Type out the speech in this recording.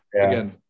again